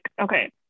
okay